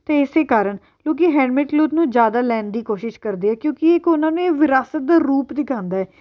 ਅਤੇ ਇਸੇ ਕਾਰਣ ਲੋਕ ਹੈਂਡਮੇਡ ਕਲੋਥ ਨੂੰ ਜ਼ਿਆਦਾ ਲੈਣ ਦੀ ਕੋਸ਼ਿਸ਼ ਕਰਦੇ ਕਿਉਂਕਿ ਇੱਕ ਉਹਨਾਂ ਨੇ ਇਹ ਵਿਰਾਸਤ ਦਾ ਰੂਪ ਦਿਖਾਉਂਦਾ ਹੈ